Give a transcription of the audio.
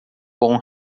bom